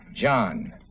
John